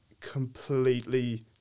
completely